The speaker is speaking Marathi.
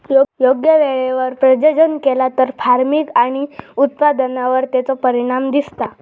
योग्य वेळेवर प्रजनन केला तर फार्मिग आणि उत्पादनावर तेचो परिणाम दिसता